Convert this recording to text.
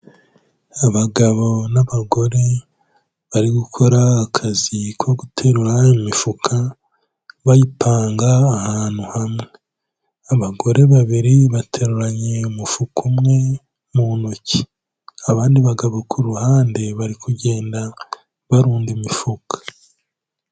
Abagabo n'abagore bari gukora akazi ko guterura imifuka, bayitanga ahantu hamwe, abagore babiri bateruranye umufuka umwe mu ntoki, abandi bagabo ku ruhande bari kugenda barunda imifuka.